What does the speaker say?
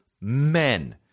men